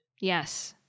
yes